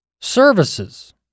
services